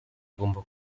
agomba